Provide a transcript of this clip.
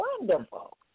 Wonderful